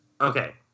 Okay